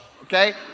Okay